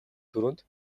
түрүүнд